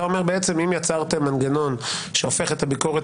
אתה אומר בעצם אם יצרתם מנגנון שהופך את הביקורת